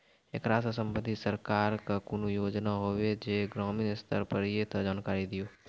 ऐकरा सऽ संबंधित सरकारक कूनू योजना होवे जे ग्रामीण स्तर पर ये तऽ जानकारी दियो?